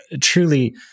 truly